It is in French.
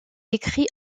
écrit